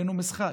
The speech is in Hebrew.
ראינו משחק.